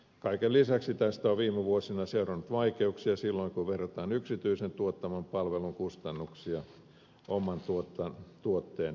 kaiken lisäksi tästä on viime vuosina seurannut vaikeuksia silloin kun verrataan yksityisen tuottaman palvelun kustannuksia oman tuotteen hintaan